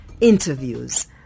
interviews